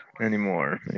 anymore